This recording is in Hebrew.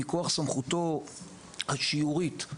מכוח סמכותו השיורית,